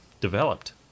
developed